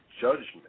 judgment